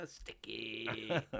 Sticky